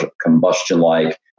combustion-like